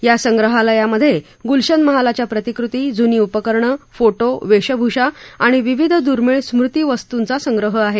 या संग्रहालयामधे गुलशन महालाच्या प्रतिकृती जुनी उपकरणं फोटो वेशभूषा आणि विविध दुर्मिळ स्मृतीवस्तूचा संग्रह आहे